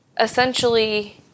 essentially